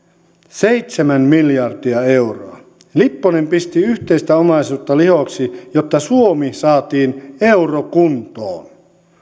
seitsemän miljardia euroa lipponen pisti yhteistä omaisuutta lihoiksi jotta suomi saatiin eurokuntoon